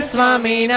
Swami